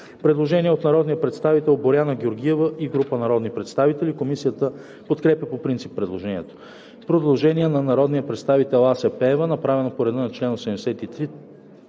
Предложение от народния представител Боряна Георгиева и група народни представители. Комисията подкрепя по принцип предложението. Предложение на народния представител Ася Пеева, направено по реда на чл. 83,